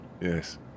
Yes